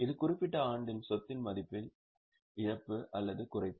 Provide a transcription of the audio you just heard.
இது ஒரு குறிப்பிட்ட ஆண்டில் சொத்தின் மதிப்பில் இழப்பு அல்லது குறைப்பு